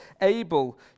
able